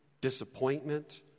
disappointment